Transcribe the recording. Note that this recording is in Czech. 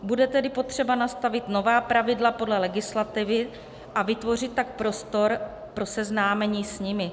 Bude tedy potřeba nastavit nová pravidla podle legislativy, a vytvořit tak prostor pro seznámení s nimi.